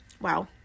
Wow